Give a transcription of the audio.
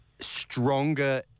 stronger